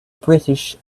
british